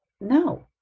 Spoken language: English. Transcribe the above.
no